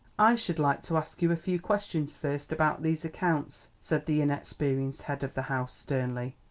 i should like to ask you a few questions first about these accounts, said the inexperienced head of the house sternly.